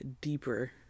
deeper